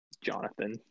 Jonathan